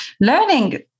learning